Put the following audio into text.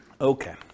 okay